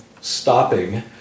stopping